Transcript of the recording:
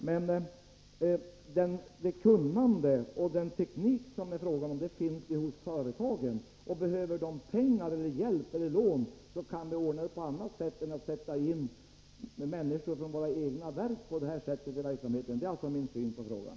Men det kunnande och den teknik det är fråga om finns ju hos företagen, och behöver de pengar, hjälp eller lån kan det ordnas på annat sätt än genom att på det här sättet sätta in människor från våra egna verk i verksamheten. — Det är min syn på saken.